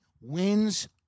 wins